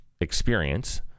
experience